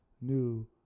new